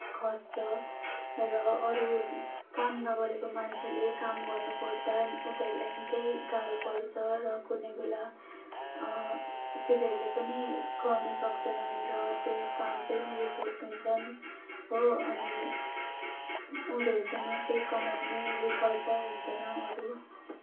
खस्छ र अरू काम नगरेको मान्छेले काम गर्नुपर्दा उनीहरूलाई निकै गाह्रो पर्छ र कुनै बेला तिनीहरूले पनि गर्नु सक्दैनन् र त्यो काम त्यहीँनिर छोडिदिन्छन् हो अनि उनीहरूकोमा केही कमाउने विकल्प हुँदैन अरू